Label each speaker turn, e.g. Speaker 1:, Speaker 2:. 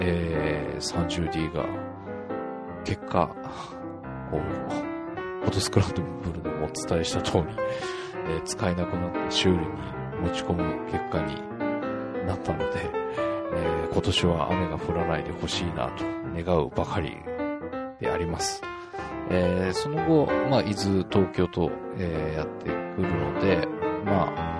Speaker 1: えー、30Dが結果、こう、フォトスクランブルでもお伝えした通り、えー、使えなくなって修理に持ち込む結果になったので、えー、今年は雨が降らないで欲しいなと願うばかりであります。えー、その後、まあ、伊豆、東京と、えー、やってくるので、まあ、